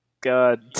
God